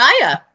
Naya